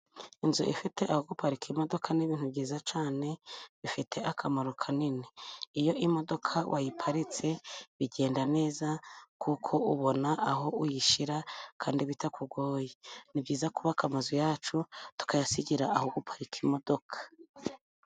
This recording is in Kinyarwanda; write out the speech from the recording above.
Inzu ifite aho guparika imodoka, ni ibintu byiza cyane bifite akamaro kanini iyo imodoka wayiparitse bigenda neza, kuko ubona aho uyishyira kandi bitakugoye, ni byiza kubaka amazu yacu tukayasigira aho guparika imodoka.